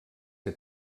que